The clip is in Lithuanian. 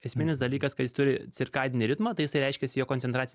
esminis dalykas kad jis turi cirkadinį ritmą tai jisai reiškiasi jo koncentracija